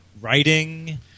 writing